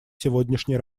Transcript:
сегодняшней